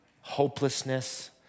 hopelessness